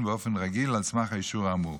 באופן רגיל על סמך האישור האמור.